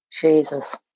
jesus